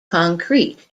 concrete